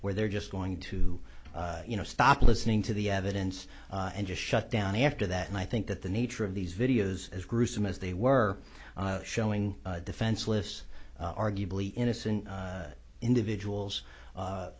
where they're just going to you know stop listening to the evident yes and just shut down after that and i think that the nature of these videos as gruesome as they were showing defenseless arguably innocent individuals